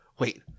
Wait